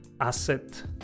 asset